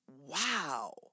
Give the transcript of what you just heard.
wow